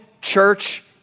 church